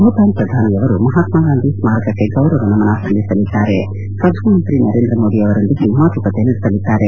ಭೂತಾನ್ ಪ್ರಧಾನಿಯವರು ಮಹಾತ್ಮಾಗಾಂಧಿ ಸ್ಕಾರಕಕ್ಕೆ ಗೌರವ ನಮನ ಸಲ್ಲಿಸಲಿದ್ದಾರೆ ಹಾಗೂ ಶ್ರಧಾನ ಮಂತ್ರಿ ನರೇಂದ್ರ ಮೋದಿ ಅವರೊಂದಿಗೆ ಮಾತುಕತೆ ನಡೆಸಲಿದ್ದಾರೆ